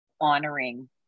honoring